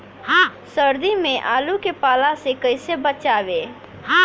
सर्दी में आलू के पाला से कैसे बचावें?